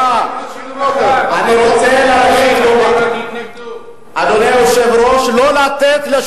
וגם לא הרבנות העלתה את זה ולא הרב הראשי העלה את זה,